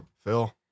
Phil